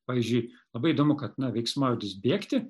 pavyzdžiui labai įdomu kad veiksmažodis bėgti